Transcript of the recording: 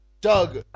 Doug